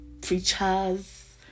preachers